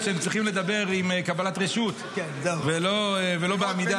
שהם צריכים לדבר עם קבלת רשות ולא בעמידה.